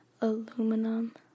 aluminum